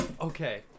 Okay